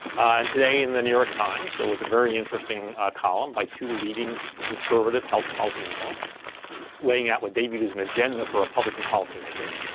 and today in the new york times, there was a very interesting column by two leading conservative health policy analysts laying out what they viewed as an agenda for republican policymakers,